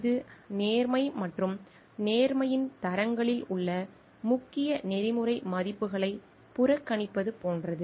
இது நேர்மை மற்றும் நேர்மையின் தரங்களில் உள்ள முக்கிய நெறிமுறை மதிப்புகளை புறக்கணிப்பது போன்றது